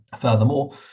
Furthermore